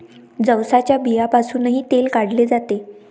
जवसाच्या बियांपासूनही तेल काढले जाते